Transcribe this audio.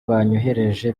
banyohereje